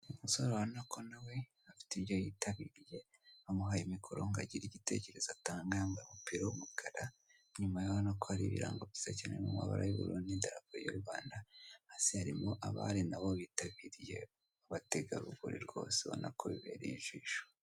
Abagabo babiri bambaye ingofero zirinda umuntu igihe ari kuri moto bambaye n'amashati y'icyatsi hagati yabo hari agasanduku kanditseho vubavuba.